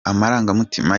amarangamutima